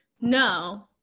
No